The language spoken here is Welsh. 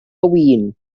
win